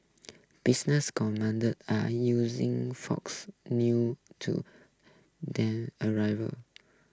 business are using fox new to them arrival